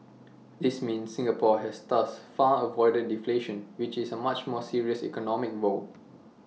this means Singapore has thus far avoided deflation which is A much more serious economic woe